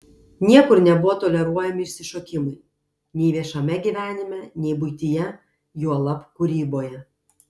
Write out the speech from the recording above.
niekur nebuvo toleruojami išsišokimai nei viešame gyvenime nei buityje juolab kūryboje